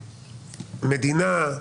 מדינה,